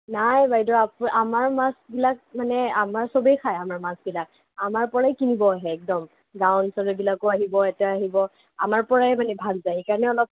নাই বাইদেউ মাছবিলাক মানে আমাৰ চবেই খায় আমাৰ মাছবিলাক আমাৰপৰাই কিনিব আহে একদম গাঁও অঞ্চলবিলাকো আহিব ইয়াতে আহিব আমাৰপৰাই মানে ভাল যায় সেইকাৰণে অলপ